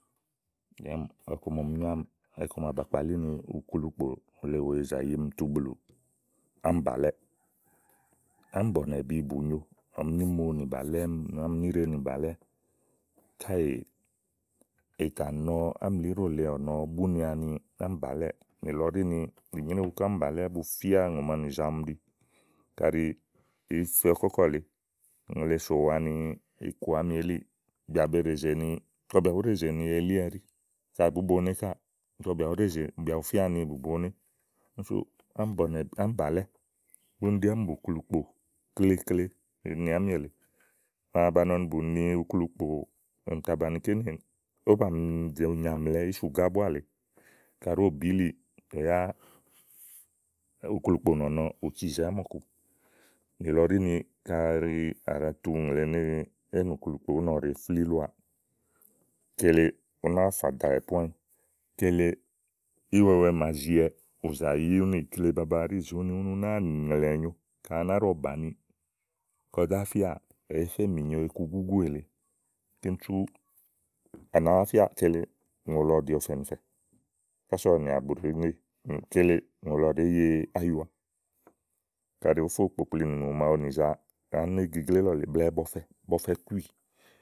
ɔku ma ɔmi nyo ámi iku ma bàa kpalí ni uklu kpo le wèe zàyimi tu blù ámìbàlɛ́ɛ. ámì bɔ̀nɛ̀bi bù nyo ɔmi nímó nì bàlɛ́ mi, ɔmi níɖe nì bàlɛ́ káèè ìtà nɔ ámìlíɖo ɔ̀nɔ búni ani ámì bàlɛ́ɛ, níìlɔ ɖí ni ì nyréwu ni kɔ ámì bàlé bu fía ùŋonì màa nìza ɔmí ɖi. kaɖi ìí fe ɔkɔ̀kɔ lèe ɔnɔ le sòwa ni iku àámi elíì bìà be ɖèzè nì, kɔ bìà bú ɖezè ni elí ɛɖí. kaɖi bùú boné káà kɔ bìà bu fía ni bùú boné úni súù ámì bɔ̀nɛ̀bi, ámì bàlɛ buni ɖí ámi buklukpò klekle èni àámi èle màa banɔ ni bù ni uklu kpó ɔmi tà bàni kínìì. ówó bà mi zòo nyaàmle ísùgá búá lèe. kàɖi ówó bìliì tè yá uklukpò nɔ̀nɔ ù ci zeè ámɔ̀ku. nìlɔ ɖí ni kaɖi à tu uŋle ni ù ɖi éènùklukpò uni ɔwɔ ɖèe flílɔà kele únáa fà dawɛ po ányi, kele iwɛwɛ màa ziwɛ ù zàyi únìì kile baba ɛɖí úni úni ú màa nì ŋlèwɛ̀ nyo kaɖi á ná ɖɔ bàni kɔ zá fíà, èé fe mìnyo iku gúgú èle kíni sú à nàáa kele ùŋò lɔ ɖìi ɔ̀fɛ̀ ni fɛ̀ kása ɔwɔ nìà bu ɖèé ŋe. kele ùŋò lɔ ɖèé ye áyua. kaɖi òó fo kpokpli nì ùŋò màa ɖu nìza kayi é né gegle ílɔ̀lèe bɔfɛ, bɔ fɛ kúì.